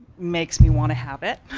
makes me wanna have it